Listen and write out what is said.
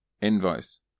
Invoice